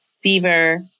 fever